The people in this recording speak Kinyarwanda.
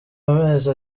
amezi